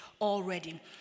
already